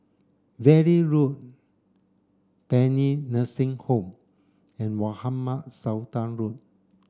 Valley Road Paean Nursing Home and Mohamed Sultan Road